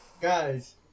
guys